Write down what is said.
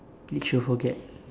which you forget